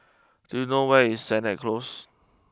do you know where is Sennett close